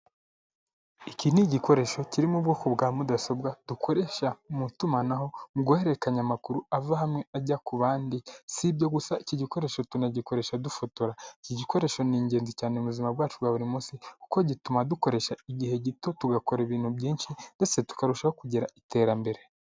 Iki ni igikoresho kiri mu ubwoko bwa mudasobwa dukoresha mu itumanaho, mu guhererekanya amakuru ava hamwe ajya ku bandi. Si ibyo gusa iki gikoresho tunagikoresha dufotora. Iki gikoresho ni ingenzi cyane mu buzima bwacu bwa buri munsi kuko gituma dukoresha igihe gito tugakora ibintu byinshi ndetse tukarushaho kugira iterambere.